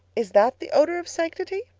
is that the odor of sanctity